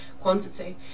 quantity